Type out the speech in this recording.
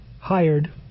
hired